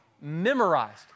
memorized